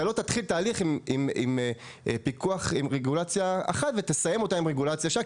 אתה תתחיל תהליך עם רגולציה אחת ותסיים אותו עם רגולציה שנייה,